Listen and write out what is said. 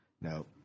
No